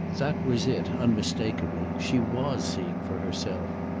that was it, unmistakeably she was seeing for herself.